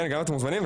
אתם מוזמנים.